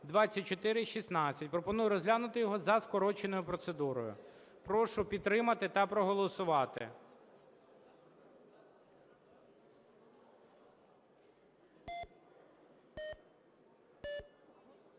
Пропоную його розглянути за скороченою процедурою. Прошу підтримати та проголосувати.